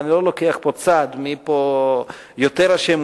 ואני לא לוקח פה צד מי יותר אשם,